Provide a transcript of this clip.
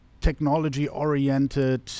technology-oriented